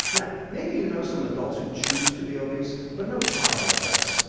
now, maybe you know some adults who choose to be obese, but no child does.